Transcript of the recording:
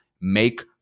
make